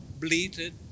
bleated